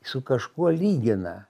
su kažkuo lygina